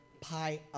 Pi